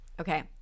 Okay